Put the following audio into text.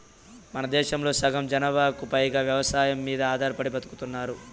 మనదేశంలో సగం జనాభాకు పైగా వ్యవసాయం మీద ఆధారపడి బతుకుతున్నారు